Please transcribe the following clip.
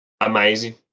amazing